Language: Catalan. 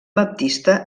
baptista